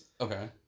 okay